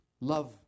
Love